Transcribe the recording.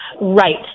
Right